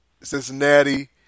Cincinnati